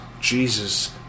Jesus